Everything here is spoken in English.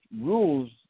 rules